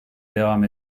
devam